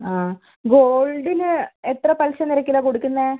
അ ഗോൾഡിന് എത്ര പലിശ നിരക്കിലാ കൊടുക്കുന്നത്